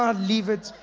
ah leave it.